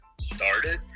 started